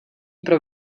pro